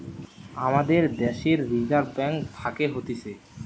আমাদের দ্যাশের reserve bank থাকে হতিছে